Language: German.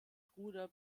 bruder